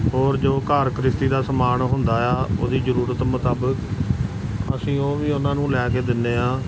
ਹੋਰ ਜੋ ਘਰ ਘਰਸਤੀ ਦਾ ਸਮਾਨ ਹੁੰਦਾ ਆ ਉਹਦੀ ਜ਼ਰੂਰਤ ਮੁਤਾਬਿਕ ਅਸੀਂ ਉਹ ਵੀ ਉਹਨਾਂ ਨੂੰ ਲੈ ਕੇ ਦਿੰਦੇ ਹਾਂ